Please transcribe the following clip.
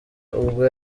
ubwo